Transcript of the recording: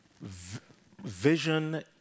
vision